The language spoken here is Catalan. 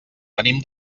venim